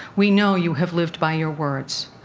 we know you have lived by your words.